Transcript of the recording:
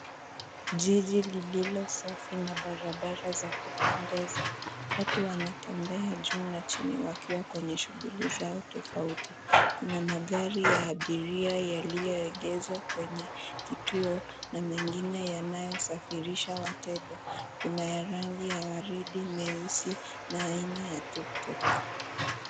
Jiji lililo safi na barabara ya kupendeza. Watu wanatembea juu na chini wakiwa na shunghuli zao tofauti. Magari ya abiria yaliyo egezwa kwenye kituo na mengine yanayo safirisha wateja, kuna rangi ya waridi na aina ya waridi.